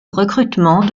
recrutement